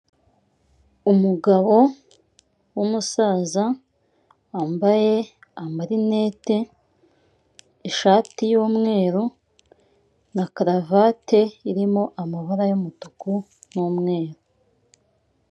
Umugabo w'umusaza wambaye amalinete ishati y'umweru na karavati irimo amabara y'umutuku n'umweru.